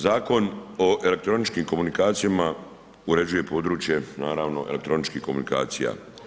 Zakon o elektroničkim komunikacijama uređuje područje naravno elektroničkih komunikacija.